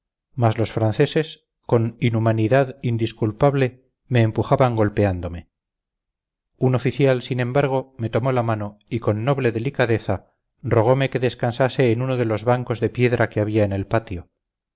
mas los franceses con inhumanidad indisculpable me empujaban golpeándome un oficial sin embargo me tomó la mano y con noble delicadeza rogome que descansase en uno de los bancos de piedra que había en el patio